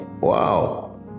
Wow